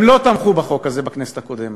הם לא תמכו בחוק הזה בכנסת הקודמת.